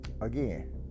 again